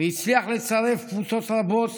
והצליח לצרף קבוצות רבות,